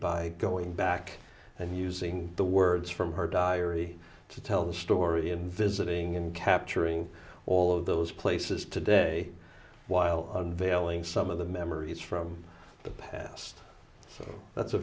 by going back and using the words from her diary to tell the story in visiting and capturing all of those places today while unveiling some of the memories from the past so that's a